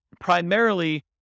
primarily